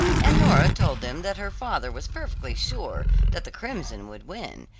and nora told them that her father was perfectly sure that the crimson would win,